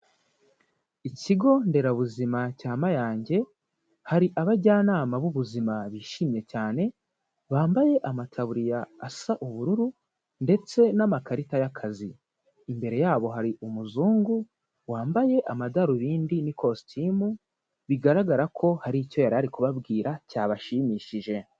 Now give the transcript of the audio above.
Ikigonderabuzima cya Mayange, hari abajyanama b'ubuzima bishimye cyane bambaye amataburi ya asa ubururu ndetse n'amakarita y'akazi, imbere yabo hari umuzungu wambaye amadarubindi n'ikositimu bigaragara ko hari icyo yari kubabwira cyabashimishije.